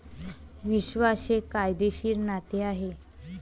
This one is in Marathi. विश्वास हे कायदेशीर नाते आहे